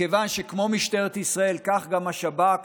מכיוון שכמו משטרת ישראל, כך גם לשב"כ